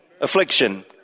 affliction